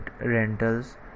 rentals